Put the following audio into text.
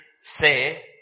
say